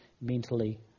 mentally